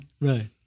Right